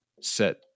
set